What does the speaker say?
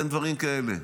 אין דברים כאלה.